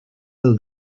del